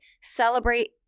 celebrate